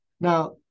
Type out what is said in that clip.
Now